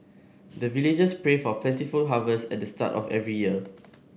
the villagers pray for plentiful harvest at the start of every year